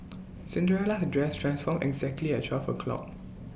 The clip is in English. Cinderella her dress transformed exactly at twelve o' clock